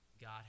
God